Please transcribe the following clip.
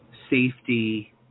safety